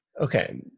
Okay